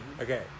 Okay